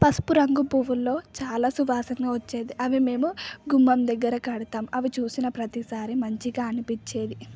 పసుపు రంగు పువ్వుల్లో చాలా సువాసన వచ్చేది అవి మేము గుమ్మం దగ్గర కడతాం అవి చూసిన ప్రతిసారి మంచిగా అనిపించేది